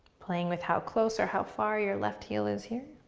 playing with how close or how far your left heel is here.